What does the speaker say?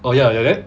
oh ya ya then